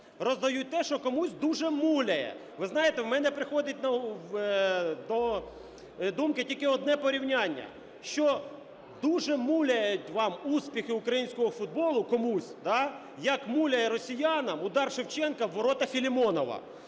роздають те, що комусь дуже муляє. Ви знаєте, у мене приходить до думки тільки одне порівняння, що дуже муляють вам успіхи українському футболу, комусь, да, як муляє росіянам удар Шевченка в ворота Філімонова.